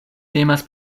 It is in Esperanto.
temas